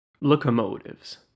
Locomotives